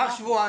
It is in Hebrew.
קח שבועיים.